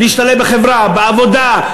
להשתלב בחברה, בעבודה.